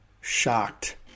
shocked